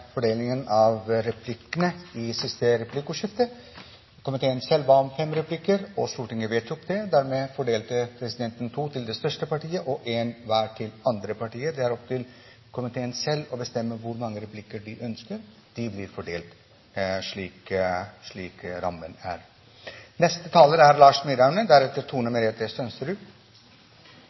fordelingen av replikkene i siste replikkordskifte. Komiteen ba om fem replikker, og Stortinget vedtok det. Dermed fordelte presidenten to til det største partiet og en til hvert av de andre partiene. Det er opp til komiteen selv å bestemme hvor mange replikker de ønsker, og de blir fordelt slik rammen er.